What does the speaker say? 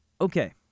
Okay